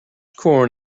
corn